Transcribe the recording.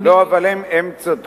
לא, אבל הם צדקו.